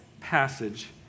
passage